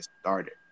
started